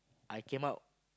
I came out